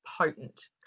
potent